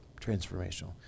transformational